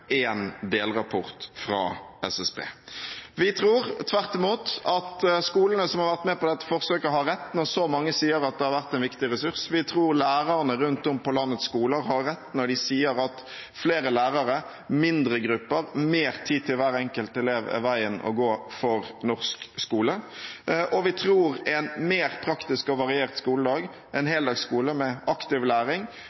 en delrapport fra SSB. Vi tror tvert imot at skolene som har vært med på dette forsøket, har rett når så mange av dem sier at det har vært en viktig ressurs. Vi tror lærerne rundt om på landets skoler har rett når de sier at flere lærere, mindre grupper og mer tid til hver enkelt elev er veien å gå for norsk skole. Og vi tror en mer praktisk og variert skoledag, en